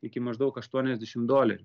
iki maždaug aštuoniasdešim dolerių